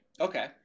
okay